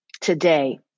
today